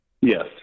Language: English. Yes